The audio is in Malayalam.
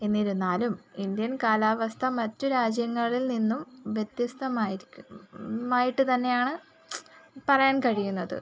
എന്നിരുന്നാലും ഇന്ത്യൻ കാലാവസ്ഥ മറ്റ് രാജ്യങ്ങളിൽ നിന്നും വ്യത്യസ്തമായിരിക്കും മായിട്ട് തന്നെയാണ് പറയാൻ കഴിയുന്നത്